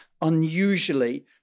Unusually